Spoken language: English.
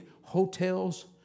hotels